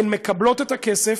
הן מקבלות את הכסף,